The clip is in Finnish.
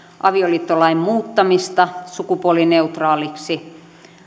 avioliittolain muuttamista sukupuolineutraaliksi